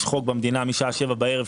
יש חוק במדינה שמשעה 7 בערב,